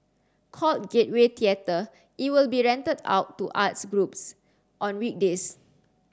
called Gateway Theatre it will be rented out to arts groups on weekdays